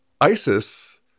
ISIS